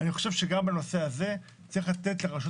אני חושב שגם בנושא הזה צריך לתת לרשויות